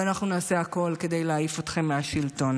ואנחנו נעשה הכול כדי להעיף אתכם מהשלטון.